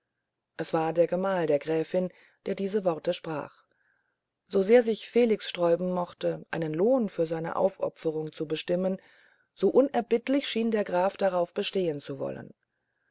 es war der gemahl der gräfin der diese worte sprach sosehr sich felix sträuben mochte einen lohn für seine aufopferung zu bestimmen so unerbittlich schien der graf darauf bestehen zu wollen